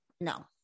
no